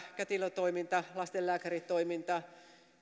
kätilötoiminnan lastenlääkäritoiminnan